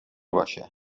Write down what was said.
باشه